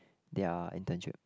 their internship